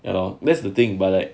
ya lor that's the thing but like